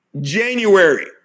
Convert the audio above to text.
January